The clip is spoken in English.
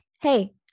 Hey